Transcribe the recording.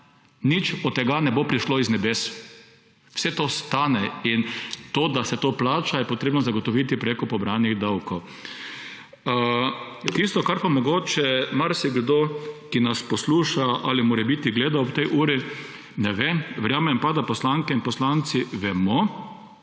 nič od tega ne bo prišlo iz nebes. Vse to stane, in to, da se to plača, je potrebno zagotoviti preko pobranih davkov. Tisto, kar pa mogoče marsikdo, ki nas posluša ali morebiti gleda ob tej uri, ne ve, verjamem pa, da poslanke in poslanci vemo,